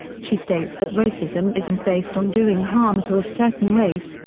she states that racism isn't based on doing harm to a certain race,